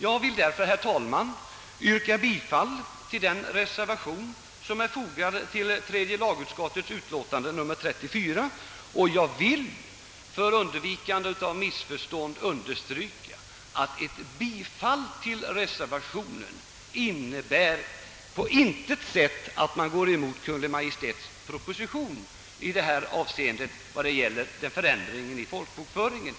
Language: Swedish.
Jag vill därför, herr talman, yrka bifall till den reservation som är fogad till tredje lagutskottets utlåtande nr 34. För undvikande av missförstånd vill jag understryka att ett bifall till reservationen på intet sätt innebär att man går emot Kungl. Maj:ts proposition när det gäller förändringen i folkbokföringen.